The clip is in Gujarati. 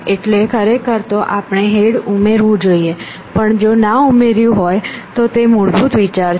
એટલે ખરેખર તો આપણે હેડ ઉમેરવું જોઈએ પણ જો ના ઉમેર્યું હોય તો તે મૂળભૂત વિચાર છે